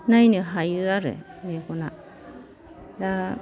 नायनो हायो आरो मेगना दा